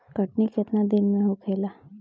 कटनी केतना दिन में होखेला?